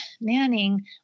Manning